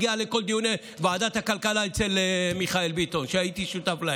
הגיעה לכל דיוני ועדת הכלכלה אצל מיכאל ביטון שהייתי שותף להם.